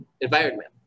environment